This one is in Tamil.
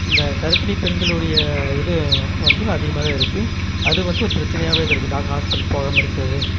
இந்தக் கர்ப்பிணிப் பெண்களுடைய இது வந்து அதிகமாக தான் இருக்குது அது வந்து ஒரு பிரச்சனையாகவே தான் இருக்குது டாக்டர் ஹாஸ்பிட்டலு போகாமல் இருக்கிறதே